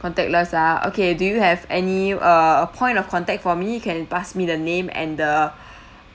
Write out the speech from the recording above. contactless ah okay do you have any uh point of contact for me can you pass me the name and the